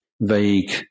vague